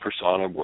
persona